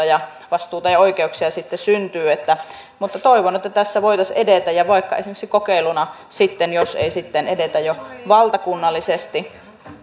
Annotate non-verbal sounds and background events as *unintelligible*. *unintelligible* ja vastuuta ja oikeuksia siitä sitten syntyy mutta toivon että tässä voitaisiin edetä ja vaikka esimerkiksi kokeiluna sitten jos ei edetä jo valtakunnallisesti